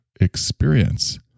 experience